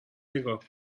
نگاه